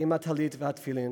עם הטלית והתפילין